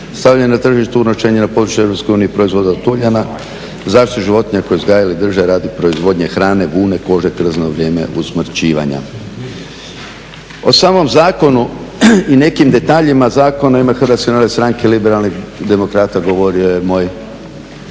stavljanje na tržište i unošenje na područje EU proizvoda od tuljana, zaštitu životinja koju uzgajaju ili drže radi proizvodnje hrane, vune, kože, krzna u vrijeme usmrćivanja. O samom zakonu i nekim detaljima zakon u ime Hrvatske narodne stranke liberalnih demokrata govorio je